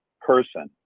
person